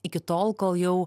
iki tol kol jau